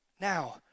Now